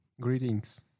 Greetings